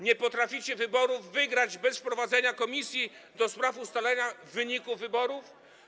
Nie potraficie wygrać wyborów bez wprowadzenia komisji ds. ustalenia wyników wyborów.